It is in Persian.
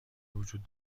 وجود